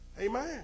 Amen